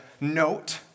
note